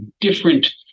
different